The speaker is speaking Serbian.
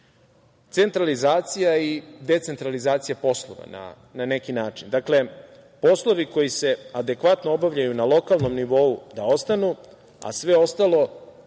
centralizacija i decentralizacija poslova na neki način. Dakle, poslovi koji se adekvatno obavljaju na lokalnom nivou da ostanu, a sve ostalo